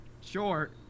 Sure